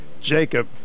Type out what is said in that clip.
Jacob